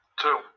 Two